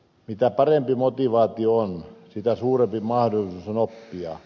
mitä parempi motivaatio on sitä suurempi mahdollisuus on oppia